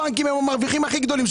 הבנקים הם המרוויחים הכי גדולים,